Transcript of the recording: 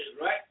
right